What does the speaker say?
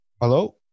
Hello